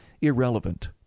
irrelevant